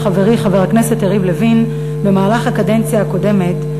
חברי חבר הכנסת יריב לוין במהלך הקדנציה הקודמת,